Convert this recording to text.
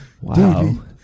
Wow